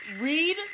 read